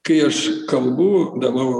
kai aš kalbu darau